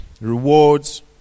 rewards